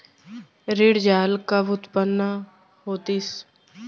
ऋण जाल कब उत्पन्न होतिस?